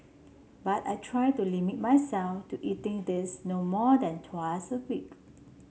but I try to limit myself to eating these no more than thrice a week